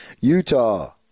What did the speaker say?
Utah